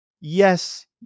Yes